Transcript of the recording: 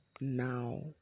now